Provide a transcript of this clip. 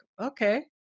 okay